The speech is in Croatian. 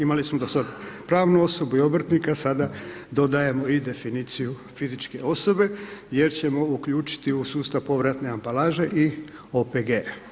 Imali smo do sada pravnu osobu i obrtnika, sada dodajemo i definiciju fizičke osobe jer ćemo uključiti u sustav povratne ambalaže i OPG.